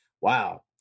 wow